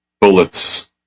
bullets